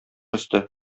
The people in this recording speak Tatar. өсте